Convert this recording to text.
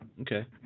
Okay